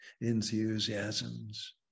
enthusiasms